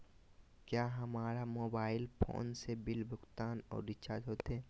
क्या हमारा mobile phone से बिल भुगतान और रिचार्ज होते?